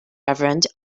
reverend